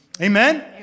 Amen